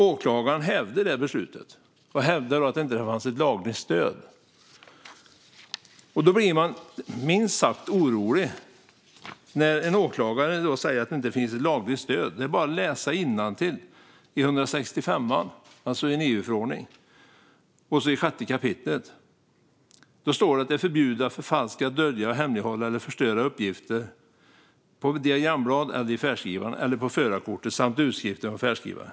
Åklagaren hävde beslutet och menade att det inte fanns ett lagligt stöd. Man blir minst sagt orolig när en åklagare säger att det inte finns ett lagligt stöd. Det är bara att läsa innantill i EU-förordningen, i sjätte kapitlet: "Det är förbjudet att förfalska, dölja, hemlighålla eller förstöra uppgifter på diagrambladet, i färdskrivaren eller på förarkortet samt utskrifter från färdskrivare."